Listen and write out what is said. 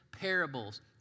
parables